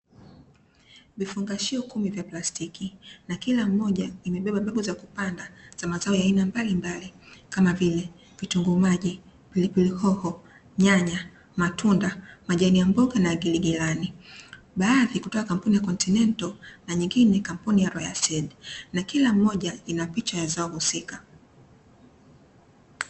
Vifungashio kumi vya plastiki na kila moja imebeba mbegu za kupanda za mazao ya aina mbalimbali, kama vile: kitunguu maji, pilipili hoho, nyanya, matunda, majani ya mboga na giligilani. Baadhi kutoka kampuni (continental) na nyingine (strand) na kila moja ina picha husika.